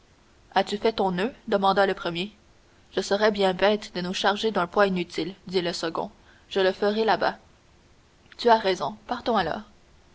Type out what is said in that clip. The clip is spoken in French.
as-tu fait ton noeud demanda le premier je serais bien bête de nous charger d'un poids inutile dit le second je le ferai là-bas tu as raison partons alors